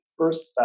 first